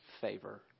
favor